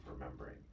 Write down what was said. remembering